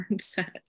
set